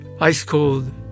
ice-cold